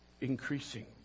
increasing